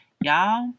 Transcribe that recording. Y'all